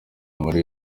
muri